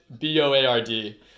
B-O-A-R-D